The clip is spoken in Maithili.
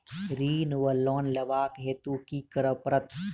ऋण वा लोन लेबाक हेतु की करऽ पड़त?